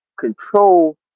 control